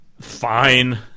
fine